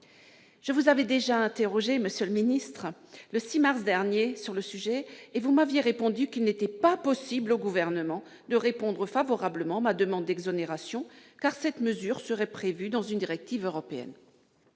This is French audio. Je vous avais déjà interrogé, monsieur le secrétaire d'État, le 6 mars dernier, sur le sujet et vous m'aviez répondu qu'il n'était « pas possible au Gouvernement de répondre favorablement à ma demande d'exonération », car cette mesure serait prévue par une directive européenne.